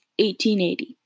1880